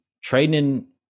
training